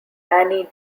annie